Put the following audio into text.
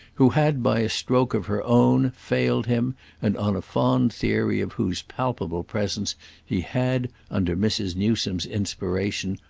who had by a stroke of her own failed him and on a fond theory of whose palpable presence he had, under mrs. newsome's inspiration,